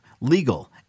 legal